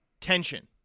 tension